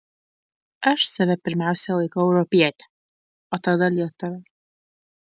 aš save pirmiausia laikau europiete o tada lietuve